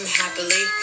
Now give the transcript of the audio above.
happily